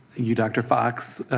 you, dr. fox.